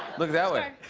look that way.